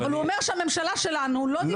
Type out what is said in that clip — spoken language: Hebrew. אבל הוא אומר שהממשלה שלנו לא דיברה.